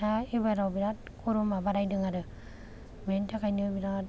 दा एबार आव बिरात गरमा बारायदों आरो बेनि थाखायनो बिरात